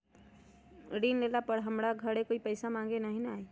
ऋण लेला पर हमरा घरे कोई पैसा मांगे नहीं न आई?